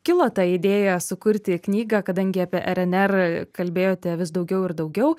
kilo ta idėja sukurti knygą kadangi apie rnr kalbėjote vis daugiau ir daugiau